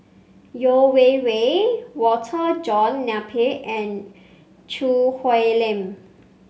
Yeo Wei Wei Walter John Napier and Choo Hwee Lim